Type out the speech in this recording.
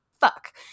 fuck